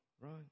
right